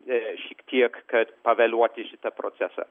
šiek tiek kad pavėluoti šitą procesą